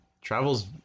Travel's